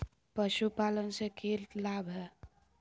पशुपालन से के लाभ हय?